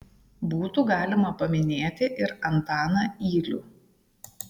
būtų galima paminėti ir antaną ylių